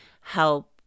help